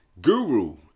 Guru